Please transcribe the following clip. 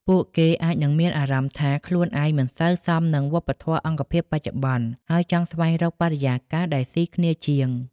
ពួកគេអាចនឹងមានអារម្មណ៍ថា ខ្លួនឯងមិនសូវសមនឹងវប្បធម៌អង្គភាពបច្ចុប្បន្ន ហើយចង់ស្វែងរកបរិយាកាសដែលស៊ីគ្នាជាង។